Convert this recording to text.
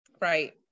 Right